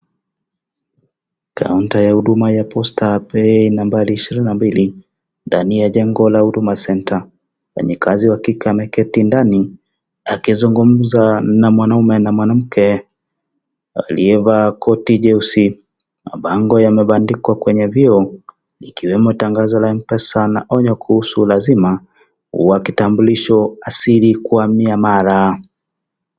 counter ya huduma ya POSTER PAY, nambari ishirini na mbili ndani ya jengo, HUDUMA CENTER. Mfanyikazi wa kike ameketi ndani akizungumza na mwanaume na mwanamke, aliyevalaa koti jeusi mabango yamepandikwa kwenye vioo ikiwemo tangazo la Mpesa na onyo kuhusu lazima wa kitambulisho asili kwa miamala.